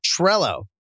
Trello